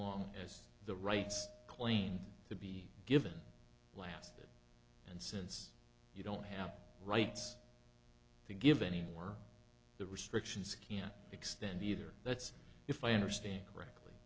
long as the rights claim to be given last and since you don't have rights to give anymore the restrictions can extend either that's if i understand correctly